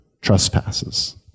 trespasses